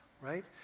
right